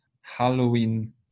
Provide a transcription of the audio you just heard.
Halloween